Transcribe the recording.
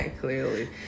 clearly